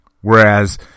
Whereas